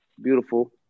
beautiful